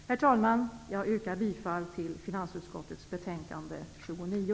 Herr talman! Jag yrkar bifall till utskottets hemställan i finansutskottets betänkande 29.